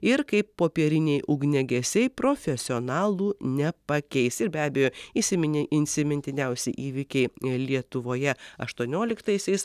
ir kaip popieriniai ugniagesiai profesionalų nepakeis ir be abejo įsiminė insimintiniausi įvykiai lietuvoje aštuonioliktaisiais